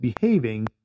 behaving